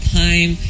time